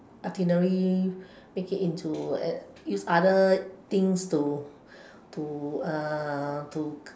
itinerary make it into uh use other things to to uh to